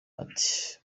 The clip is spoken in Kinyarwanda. ati